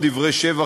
או דברי שבח,